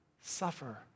suffer